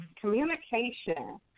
communication